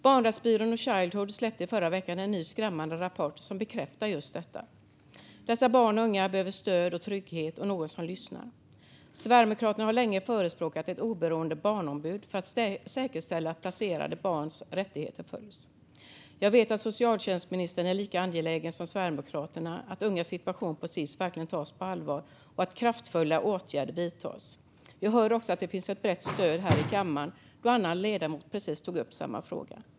Barnrättsbyrån och Childhood släppte i förra veckan en ny skrämmande rapport som bekräftar just detta. Dessa barn och unga behöver stöd och trygghet och någon som lyssnar. Sverigedemokraterna har länge förespråkat ett oberoende barnombud för att säkerställa att placerade barns rättigheter följs. Jag vet att socialtjänstministern är lika angelägen som Sverigedemokraterna om att ungas situation på Sis verkligen tas på allvar och att kraftfulla åtgärder vidtas. Vi hör också att det finns ett brett stöd i kammaren; en annan ledamot tog här upp precis samma fråga.